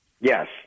Yes